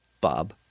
Bob